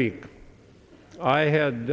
week i had